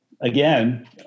again